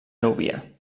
núbia